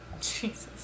Jesus